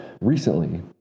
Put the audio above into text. recently